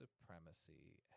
supremacy